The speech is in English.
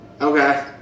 Okay